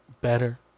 better